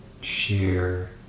share